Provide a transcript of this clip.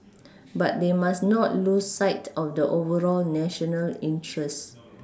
but they must not lose sight of the overall national interest